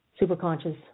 Superconscious